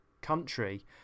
country